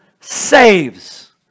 saves